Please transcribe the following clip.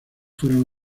fueron